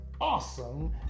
awesome